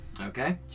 Okay